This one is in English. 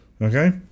okay